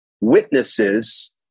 Witnesses